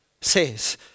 says